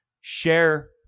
share